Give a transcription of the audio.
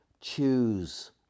choose